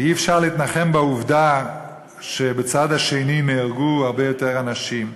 ואי-אפשר להתנחם בעובדה שבצד השני נהרגו הרבה יותר אנשים.